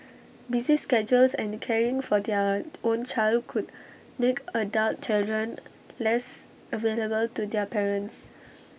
busy schedules and caring for their own child could make adult children less available to their parents